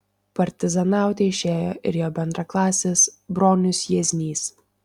partizanauti išėjo ir jo bendraklasis bronius jieznys